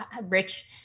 rich